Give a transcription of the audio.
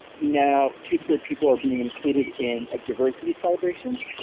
now two-spirit people are being included in a diversity celebrations,